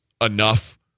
enough